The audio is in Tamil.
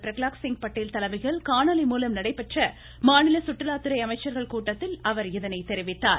பிரகலாத்சிங் பட்டேல் தலைமையில் காணொலி மூலம் நடைபெற்ற மாநில சுற்றுலாத்துறை அமைச்சர்கள் கூட்டத்தில் அவர் இதனை தெரிவித்தார்